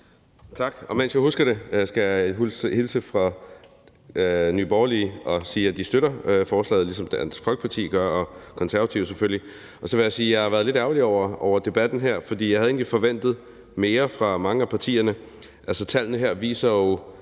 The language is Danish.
Tak. Mens jeg husker det, skal jeg hilse fra Nye Borgerlige og sige, at de støtter forslaget, ligesom Dansk Folkeparti gør. Så vil jeg sige, at jeg har været lidt ærgerlig over debatten her, for jeg havde egentlig forventet mere fra mange af partierne. Altså, tallene her viser jo